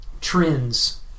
trends